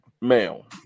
male